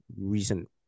Recent